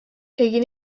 egin